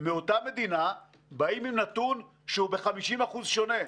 מאותה מדינה באים עם נתון שהוא ב-50% שונה.